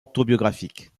autobiographiques